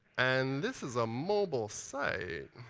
and this is a mobile site.